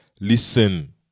listen